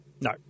No